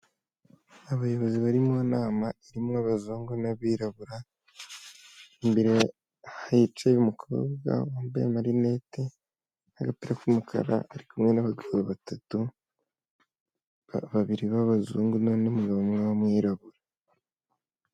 Abayobozi bari mu nama irimo abazungu n'abirabura, imbere hicaye umukobwa wambaye amarinete n'agapira k'umukara, ari kumwe n'abagabo batatu, babiri b'abazungu n'undi mugabo umwe w'umwirabura.